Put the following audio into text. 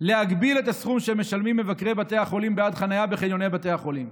להגביל את הסכום שמשלמים מבקרי בתי החולים בעד חניה בחניוני בתי החולים.